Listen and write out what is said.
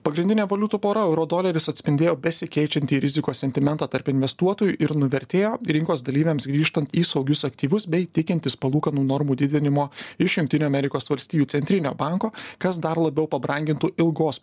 pagrindinė valiutų pora euro doleris atspindėjo besikeičiantį rizikos sentimentą tarp investuotojų ir nuvertėjo rinkos dalyviams grįžtan į saugius aktyvus bei tikintis palūkanų normų didinimo iš jungtinių amerikos valstijų centrinio banko kas dar labiau pabrangintų ilgos